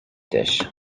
dish